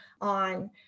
on